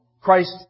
Christ